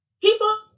People